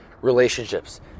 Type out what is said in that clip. relationships